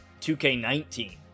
2K19